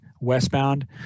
westbound